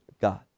God